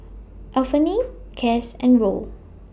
Anfernee Cass and Roe